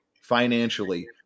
financially